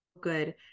good